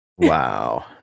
wow